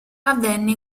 avvenne